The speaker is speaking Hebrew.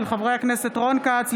של חברי הכנסת רון כץ,